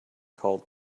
called